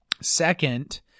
second